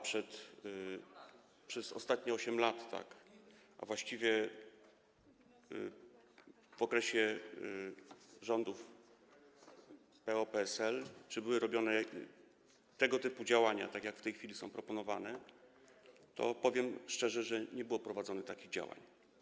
przez ostatnich 8 lat, a właściwie w okresie rządów PO-PSL, czy były robione tego typu działania, które w tej chwili są proponowane, to powiem szczerze, że nie było prowadzonych takich działań.